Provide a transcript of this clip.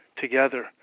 together